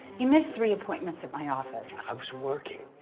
you missed three appointments at my office. i was working.